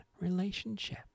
relationship